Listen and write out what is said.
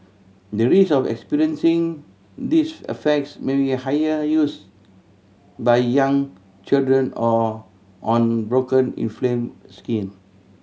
the risk of experiencing these effects may be higher used by young children or on broken inflamed skin